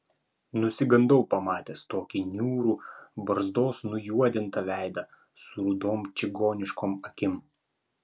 nusigandau pamatęs tokį niūrų barzdos nujuodintą veidą su rudom čigoniškom akim